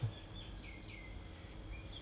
orh ya should be lah 应该是 should be lah